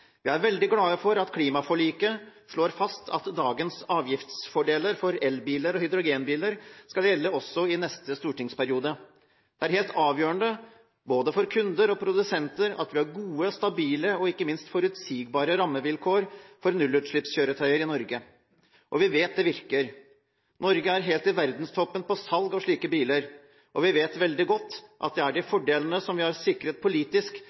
Vi er veldig glade for at klimaforliket slår fast at dagens avgiftsfordeler for elbiler og hydrogenbiler skal gjelde også i neste stortingsperiode. Det er helt avgjørende, både for kunder og produsenter, at vi har gode, stabile og ikke minst forutsigbare rammevilkår for nullutslippskjøretøyer i Norge. Og vi vet det virker. Norge er helt i verdenstoppen når det gjelder salg av slike biler, og vi vet veldig godt at det er de fordelene som vi har sikret politisk,